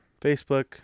Facebook